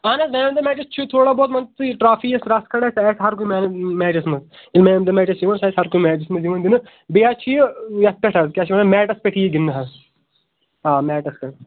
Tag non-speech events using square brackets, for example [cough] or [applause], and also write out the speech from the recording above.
اَہن حظ مےٚ ؤنۍتو مےٚ کیُتھ چھِ یہِ تھوڑا بہت [unintelligible] تُہۍ یہِ ٹرافی یُس رَژھ کھٔنٛڈ آسہِ سُہ آسہِ ہر کُنہِ [unintelligible] میچس منٛز [unintelligible] میچ آسہِ یِوان سُہ آسہِ ہر کُنہِ میچَس منٛز یِوان دِنہٕ بیٚیہِ حظ چھِ یہِ یَتھ پٮ۪ٹھ حظ کیٛاہ چھِ وَنان میٹَس پٮ۪ٹھ یی گِنٛدنہٕ حظ آ میٹَس پٮ۪ٹھ